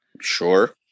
sure